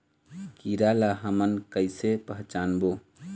कीरा ला हमन कइसे पहचानबो?